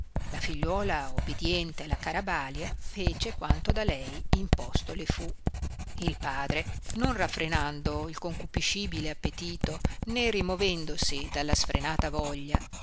la figliuola ubidiente alla cara balia fece quanto da lei imposto le fu il padre non raffrenando il concupiscibile appetito né rimovendosi dalla sfrenata voglia